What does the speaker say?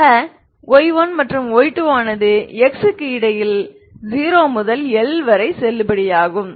ஆக y1 மற்றும் y2 ஆனது x க்கு இடையில் 0 முதல் L வரை செல்லுபடியாகும்